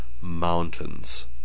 mountains